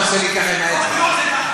אתייחס כשהוא אומר מספר של 5,000 ילדים,